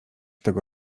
tego